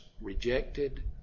rejected